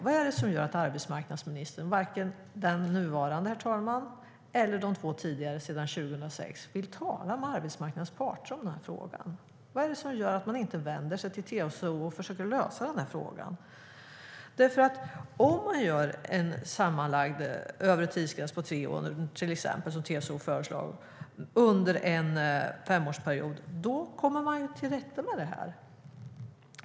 Vad är det som gör att varken den nuvarande arbetsmarknadsministern eller de två tidigare sedan 2006 vill tala med arbetsmarknadens parter om den här frågan? Vad är det som gör att man inte vänder sig till TCO och försöker lösa detta? Om man till exempel inför en övre tidsgräns på tre år under en femårsperiod, som TCO föreslagit, kommer man ju till rätta med problemet.